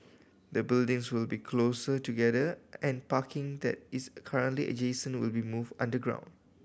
the buildings will be closer together and parking that is currently adjacent will be moved underground